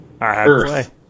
Earth